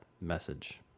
message